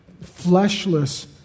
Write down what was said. fleshless